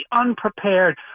unprepared